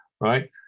right